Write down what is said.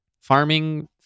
farming